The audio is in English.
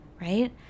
right